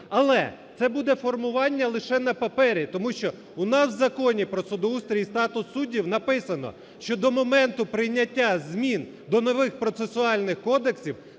але це буде формування лише на папері, тому що у нас в Законі про судоустрій і статус судів написано, що до моменту прийняття змін до нових процесуальних кодексів